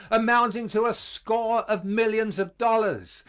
amounting to a score of millions of dollars,